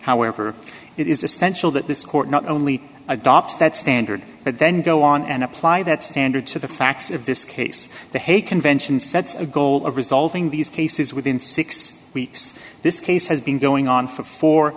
however it is essential that this court not only adopt that standard but then go on and apply that standard to the facts of this case the hague convention sets a goal of resolving these cases within six weeks this case has been going on for four